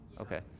Okay